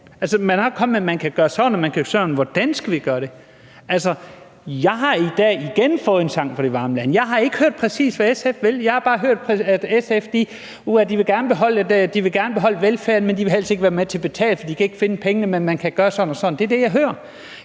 Man kommer med, at vi kan gøre sådan og vi kan gøre sådan, men hvordan skal vi gøre det? Jeg har i dag igen fået en sang fra de varme lande. Jeg har ikke hørt, hvad SF præcis vil. Jeg har bare hørt, at SF gerne vil beholde velfærden, men de vil helst ikke være med til at betale, for de kan ikke finde pengene – men man kan gøre sådan og sådan. Det er det, jeg hører.